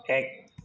এক